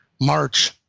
march